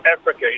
Africa